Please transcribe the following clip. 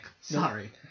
Sorry